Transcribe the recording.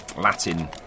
Latin